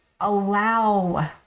allow